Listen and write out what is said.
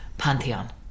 Pantheon